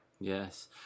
yes